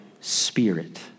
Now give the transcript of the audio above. spirit